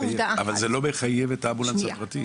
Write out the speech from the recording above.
אבל זה לא מחייב את האמבולנס הפרטי.